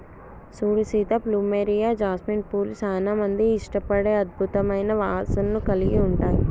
సూడు Sita plumeria, jasmine పూలు సానా మంది ఇష్టపడే అద్భుతమైన వాసనను కలిగి ఉంటాయి